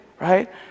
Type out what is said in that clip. Right